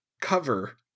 cover